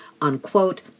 unquote